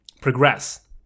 progress